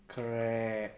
correct